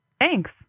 Thanks